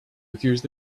accused